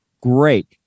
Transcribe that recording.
great